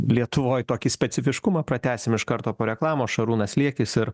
lietuvoj tokį specifiškumą pratęsim iš karto po reklamos šarūnas liekis ir